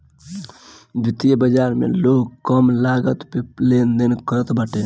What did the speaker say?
वित्तीय बाजार में लोग कम लागत पअ लेनदेन करत बाटे